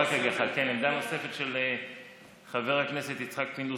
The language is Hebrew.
אבל עמדה נוספת של חבר הכנסת יצחק פינדרוס.